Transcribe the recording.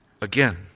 Again